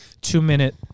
two-minute